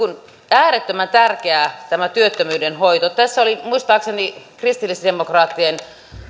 äärettömän tärkeää tämä työttömyyden hoito muistaakseni kristillisdemokraattien